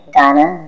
Ghana